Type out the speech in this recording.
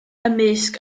ymysg